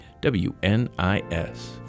WNIS